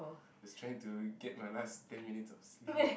was trying to get my last ten minutes of sleep